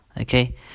Okay